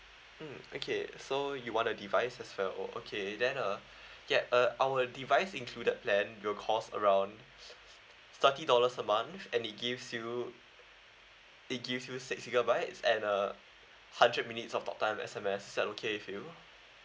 mm okay so you want a device as well oh okay then uh ya uh our device included plan will cost around thirty dollars a month and it gives you it gives you six gigabytes and uh hundred minutes of talktime S_M_S is that okay with you